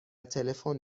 تلفن